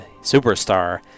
superstar